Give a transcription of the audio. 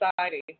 society